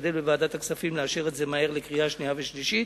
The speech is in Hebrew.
נשתדל בוועדת הכספים לאשר את זה מהר לקריאה שנייה ושלישית,